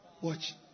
Watch